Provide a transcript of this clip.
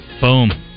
Boom